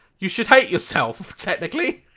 you should hate yourself, technically!